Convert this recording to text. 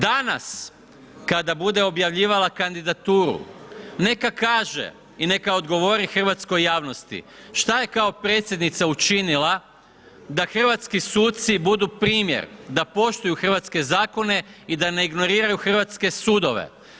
Danas kada bude objavljivala kandidaturu, neka kaže i neka odgovori hrvatskoj javnosti, što je kao predsjednica učinila da hrvatski suci budu primjer da poštuju hrvatske zakone i da ne ignoriraju hrvatske sudove.